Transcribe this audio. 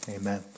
Amen